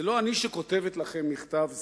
זה לא אני שכותבת לכם מכתב זה,